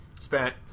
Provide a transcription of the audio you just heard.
spent